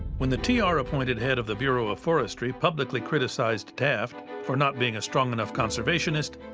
when the t r appointed head of the bureau of forestry publicly criticized taft for not being a strong enough conservationist,